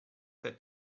that